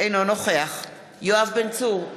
אינו נוכח יואב בן צור,